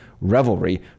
revelry